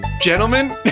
gentlemen